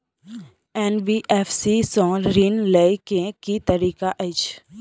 NBFC सँ ऋण लय केँ की तरीका अछि?